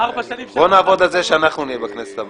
בוא נעבוד על זה שאנחנו נהיה בכנסת הבאה.